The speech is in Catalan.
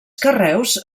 carreus